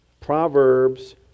proverbs